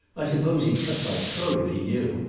i suppose he'd cut my throat if he knew,